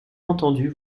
entendu